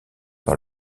par